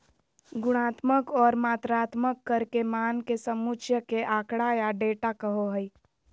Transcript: गुणात्मक और मात्रात्मक कर के मान के समुच्चय के आँकड़ा या डेटा कहो हइ